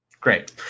great